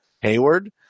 Hayward –